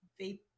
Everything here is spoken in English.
vape